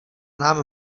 nám